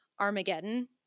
Armageddon